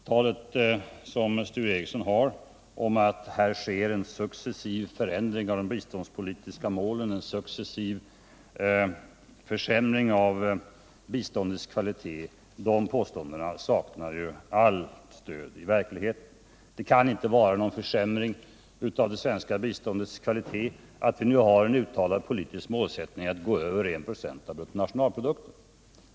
Sture Ericsons påståenden om att det sker en successiv förändring av de biståndspolitiska målen och en successiv försämring av biståndets kvalitet saknar allt stöd i verkligheten. Det kan inte vara någon försämring av det svenska biståndets kvalitet att vi nu har en uttalad politisk målsättning att gå över 1 96 av BNP.